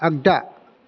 आग्दा